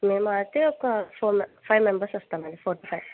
మేము అయితే ఒక ఫోర్ మేము ఫైవ్ మెంబెర్స్ వస్తాం అండి ఫోర్ టు ఫైవ్